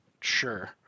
Sure